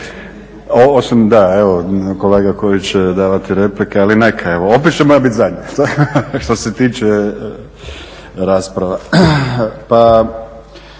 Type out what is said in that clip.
Da evo kolega koji će davati replike, ali neka. Opet će moja biti zadnja što se tiče rasprava. Pa